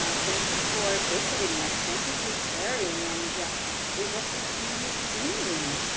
um thank you for visiting us, thank you for sharing and we hope to see you soon,